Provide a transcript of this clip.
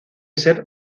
ser